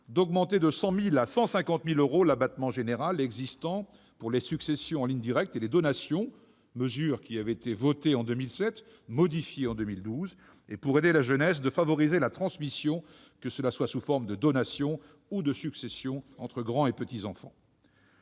d'augmenter de 100 000 à 150 000 euros l'abattement général existant pour les successions en ligne directe et les donations- cette mesure avait été votée en 2007 et modifiée en 2012 -, et, pour aider la jeunesse, de favoriser la transmission, que ce soit sous forme de donation ou de succession entre grands-parents et petits-enfants.